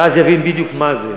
ואז יבין בדיוק מה זה.